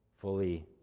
fully